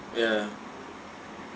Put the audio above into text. ya